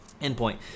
endpoint